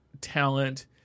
talent